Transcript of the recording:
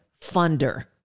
funder